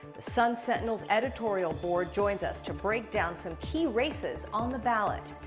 the sun sentinel's editorial board joins us to break down some key races on the ballot.